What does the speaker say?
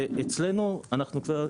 זה אצלנו אנחנו כבר,